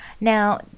Now